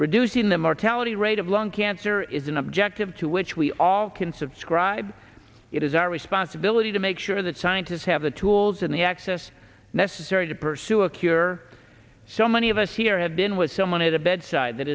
reducing the mortality rate of lung cancer is an objective to which we all can subscribe it is our responsibility to make sure that scientists have the tools and the access necessary to pursue a cure so many of us here have been was someone at the bedside that